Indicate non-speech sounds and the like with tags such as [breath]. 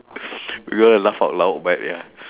[breath] we gonna laugh out loud but ya [breath]